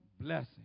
blessing